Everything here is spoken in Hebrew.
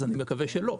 אז אני מקווה שלא.